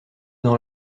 dans